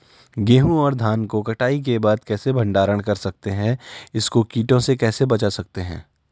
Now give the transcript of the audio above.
गेहूँ और धान को कटाई के बाद कैसे भंडारण कर सकते हैं इसको कीटों से कैसे बचा सकते हैं?